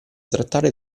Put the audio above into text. trattare